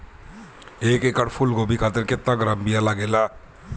एक एकड़ फूल गोभी खातिर केतना ग्राम बीया लागेला?